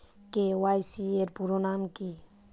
KYC এর পুরোনাম কী?